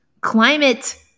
climate